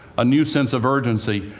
a new sense of urgency.